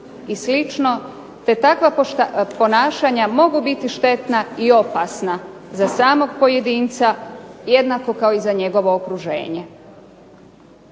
i slično, te takva ponašanja mogu biti štetna i opasna za samog pojedinca jednako kao i za njegovo okruženje.